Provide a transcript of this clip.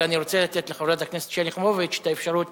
אבל אני רוצה לתת לחברת הכנסת שלי יחימוביץ את האפשרות